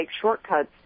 shortcuts